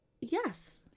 yes